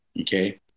okay